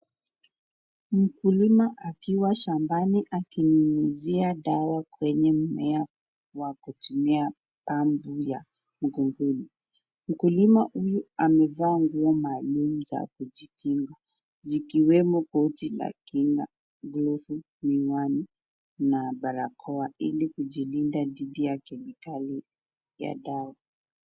Mkulima akiwa shambani akinyunyizia dawa kwenye mimea kwa kutumia pampu ya mgongoni. Mkulima huyu amevaa nguo maalum za kujikinga zikiwemo koti la kinga, glovu, miwani na barakoa ili kujilinda dhidi ya kemikali ya dawa.